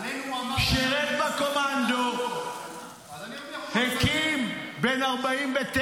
הוא שירת בקומנדו --- עלינו הוא אמר --- בן 49,